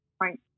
right